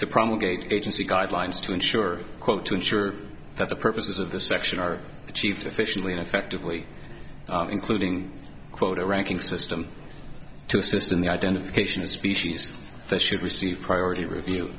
to promulgated agency guidelines to ensure quote to ensure that the purposes of this section are achieved efficiently and effectively including quote a ranking system to assist in the identification of species that should receive priority review